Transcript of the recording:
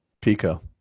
Pico